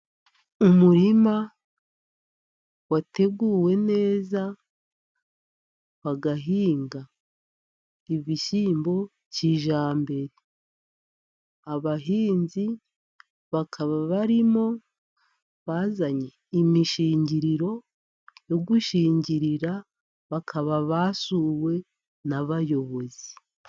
Umurima wateguwe neza bagahinga ibishyimbo kijyambere. Abahinzi bakaba barimo bazanye imishingiriro yo gushingirira, bakaba basuwe n'abayobozi.